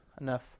enough